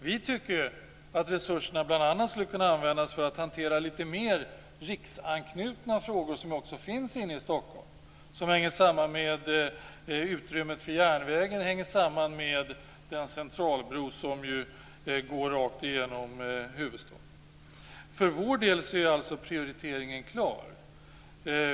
Vi tycker att resurserna bl.a. skulle kunna användas för att hantera de litet mer riksanknutna frågor som ju också finns inne i Stockholm, t.ex. utrymmet för järnvägen och Centralbron som går rakt igenom huvudstaden. För vår del är prioriteringen klar.